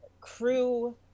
crew